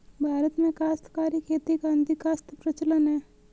भारत में काश्तकारी खेती का अधिकांशतः प्रचलन है